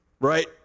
Right